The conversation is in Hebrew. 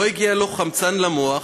לא הגיע חמצן למוחו,